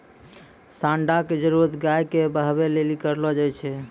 साँड़ा के जरुरत गाय के बहबै लेली करलो जाय छै